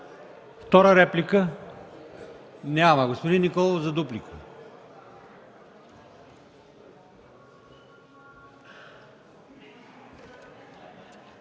Втора реплика? Няма. Господин Николов – за дуплика.